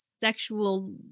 sexual